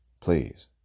please